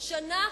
שנה.